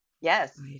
Yes